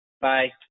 Bye